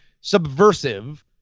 subversive